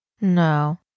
no